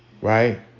Right